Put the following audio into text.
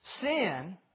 Sin